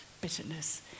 bitterness